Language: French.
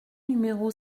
numéro